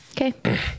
Okay